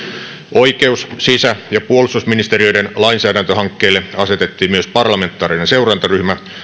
oikeus sisä ja puolustusministeriöiden lainsäädäntöhankkeelle asetettiin myös parlamentaarinen seurantaryhmä